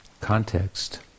context